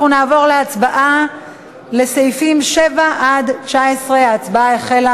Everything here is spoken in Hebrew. אנחנו נעבור להצבעה על סעיפים 7 19. ההצבעה החלה,